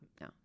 no